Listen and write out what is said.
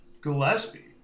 Gillespie